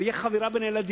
ותהיה חבירה בין הילדים,